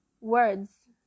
Words